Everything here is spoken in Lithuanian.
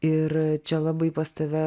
ir čia labai pas tave